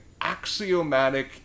axiomatic